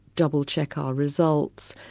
double-check our results,